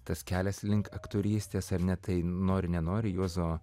tas kelias link aktorystės ar ne tai nori nenori juozo